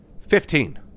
Fifteen